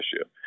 issue